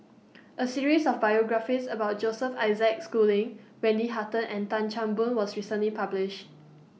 A series of biographies about Joseph Isaac Schooling Wendy Hutton and Tan Chan Boon was recently published